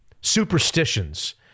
superstitions